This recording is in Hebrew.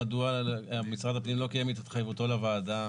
מדוע משרד הפנים לא קיים את התחייבותו לוועדה,